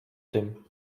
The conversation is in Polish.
tym